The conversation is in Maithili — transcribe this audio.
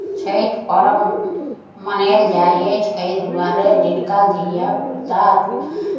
छठि पर्व मनायल जाइ अछि एहि दुआरे जिनका धियापुता